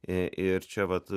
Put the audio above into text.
ir čia vat